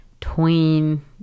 tween